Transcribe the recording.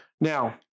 Now